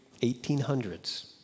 1800s